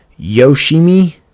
Yoshimi